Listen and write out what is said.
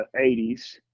80s